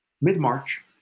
Mid-March